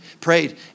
prayed